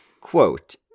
quote